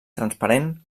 transparent